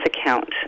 account